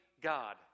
God